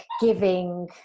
giving